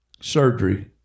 surgery